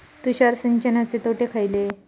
तुषार सिंचनाचे तोटे खयले?